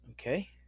Okay